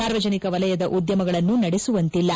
ಸಾರ್ವಜನಿಕ ವಲಯದ ಉದ್ಯಮಗಳನ್ನು ನಡೆಸುವಂತಿಲ್ಲ